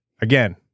Again